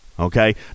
okay